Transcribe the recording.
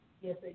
Yes